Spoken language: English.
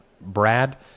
Brad